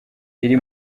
iri